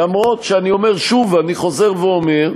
אף-על-פי שאני אומר שוב, ואני חוזר ואומר: